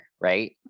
right